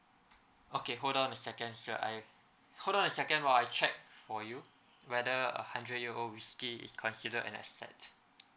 okay hold on a second sir I hold on a second while I check for you whether a hundred year old whiskey is considered an asset